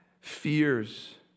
fears